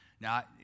Now